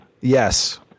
Yes